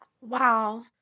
Wow